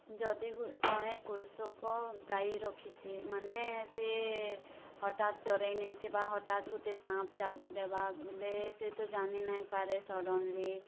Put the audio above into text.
ଯଦି ଗୁ ଜଣେ ପୁରୁଷଙ୍କ ଗାଈ ରଖିଛେ ମାନେ ସିଏ ହଟାତ୍ ଚରାଇ ନେଇଥିବା ହଟାତ୍ ଗୁଟେ ସାପ୍ ଚାବିଦେବା ବେଲେ ସିଏ ତ ଜାନି ନାଇଁ ପାରେ ସଡ଼ନ୍ଲି